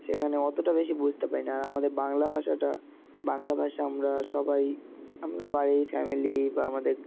সেখানে অতটা বেশি বুঝতে পারি না আর আমাদের বাংলা ভাষাটা বাংলা ভাষা আমরা সবাই আমরা বাড়ির ফ্যামিলি বা আমাদের